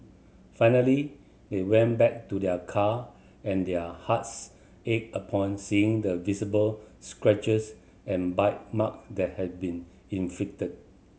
finally they went back to their car and their hearts ached upon seeing the visible scratches and bite mark that had been inflicted